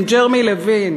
עם ג'רמי לוין.